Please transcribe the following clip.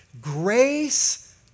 grace